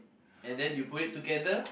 and then you put it together